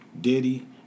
Diddy